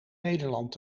nederland